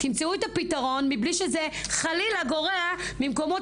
תמצאו את הפתרון מבלי שזה חלילה גורע ממקומות